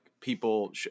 people